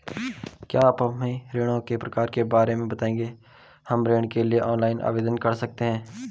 क्या आप हमें ऋणों के प्रकार के बारे में बताएँगे हम ऋण के लिए ऑनलाइन आवेदन कर सकते हैं?